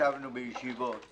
ישבנו בישיבות,